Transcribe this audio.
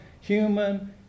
human